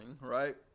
right